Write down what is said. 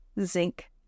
zinc